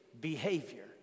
behavior